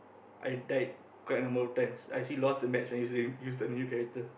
i died quite a number of times I actually lost the match when I using use the new character